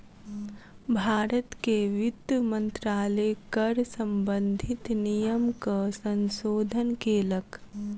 भारत के वित्त मंत्रालय कर सम्बंधित नियमक संशोधन केलक